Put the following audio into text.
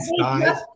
guys